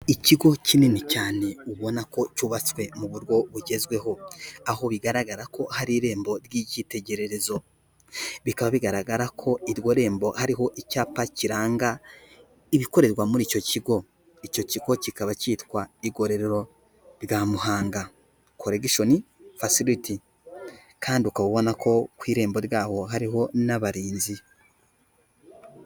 Ikigo kinini cyane ubona ko cyubatswe mu buryo bugezweho aho bigaragara ko hari irembo ry'ictegererezo bikaba bigaragara ko iryo rembo hariho icyapa kiranga ibikorerwa muri icyo kigo, icyo kigo kikaba cyitwa igororo rya muhanda kolegisheni fasiriti, kandi ukaba ubona ko ku irembo ryaho hariho n'abarinzi.